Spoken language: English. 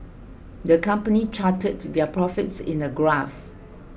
the company charted their profits in a graph